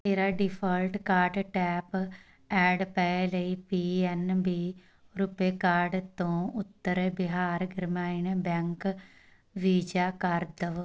ਮੇਰਾ default card tap and pay ਲਈ P N B RuPay card ਤੋਂ ਉੱਤਰ ਬਿਹਾਰ ਗ੍ਰਾਮੀਣ ਬੈਂਕ ਵੀਜ਼ਾ ਕਰ ਦੇਵੋ